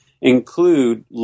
include